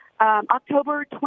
October